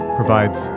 provides